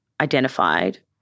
identified